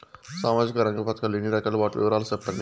సామాజిక రంగ పథకాలు ఎన్ని రకాలు? వాటి వివరాలు సెప్పండి